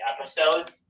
episodes